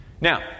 Now